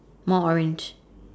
more orange